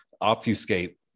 obfuscate